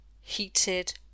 heated